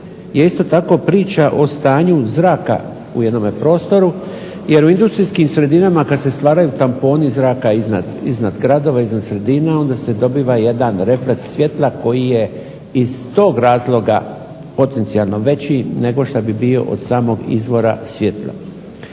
je isto tako priča o stanju zraka u jednom prostoru, jer u industrijskim sredinama kada se stvaraju tamponi zraka iznad grada, iznad sredina onda se dobiva jedan refleks svjetla koji je iz toga razloga potencijalno veći nego što bi bio od samog izvora svjetla.